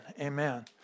amen